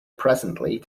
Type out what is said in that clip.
presently